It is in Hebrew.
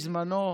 בזמנו,